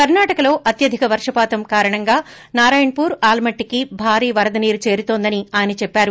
కర్ణాటకలో అత్యధిక వర్షపాతం కారణంగా నారాయణపూర్ ఆల్మట్టికి భారీ వరద నీరు చేరుతోందని ఆయన చెప్పారు